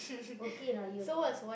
okay not you